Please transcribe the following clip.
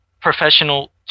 professional